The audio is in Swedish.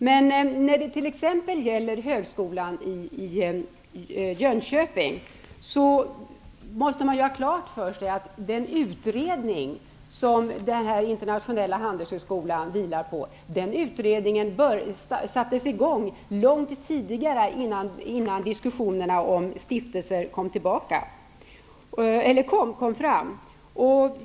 Men när det exempelvis gäller högskolan i Jönköping måste man ha klart för sig att den utredning som den internationella handelshögskolan vilar på sattes i gång långt innan diskussionerna om stiftelser påbörjades.